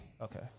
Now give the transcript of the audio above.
Okay